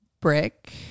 brick